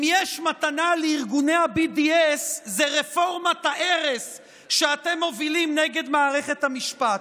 אם יש מתנה לארגוני ה-BDS זה רפורמת ההרס שאתם מובילים נגד מערכת המשפט.